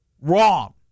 wrong